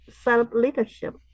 self-leadership